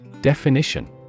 Definition